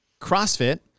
CrossFit